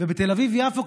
ובתל אביב-יפו,